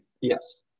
Yes